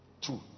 Two